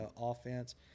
offense